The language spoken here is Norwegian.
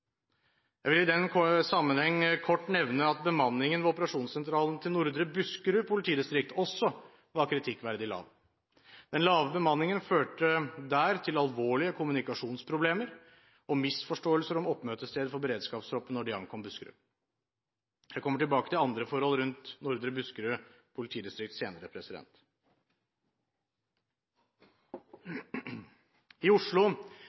Jeg vil i den sammenheng kort nevne at bemanningen ved operasjonssentralen til Nordre Buskerud politidistrikt også var kritikkverdig lav. Der førte den lave bemanningen til alvorlige kommunikasjonsproblemer og til misforståelser om oppmøtested for beredskapstroppen da de ankom Buskerud. Jeg kommer tilbake til andre forhold rundt Nordre Buskerud politidistrikt senere. I Oslo